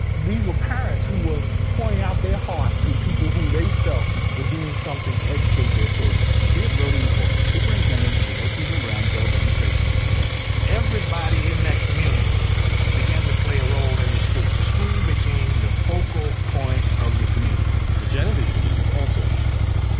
these were parents who were pouring out their heart to people who they felt were doing something to educate their children here's rhody mccoy, superintendent for the ocean hill-brownsville demonstration district everybody in that community began to play a role in the schools. the school became the focal point of the community the janitors union was also on strike,